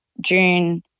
June